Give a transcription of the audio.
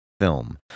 film